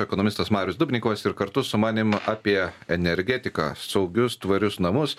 ekonomistas marius dubnikovas ir kartu su manim apie energetiką saugius tvarius namus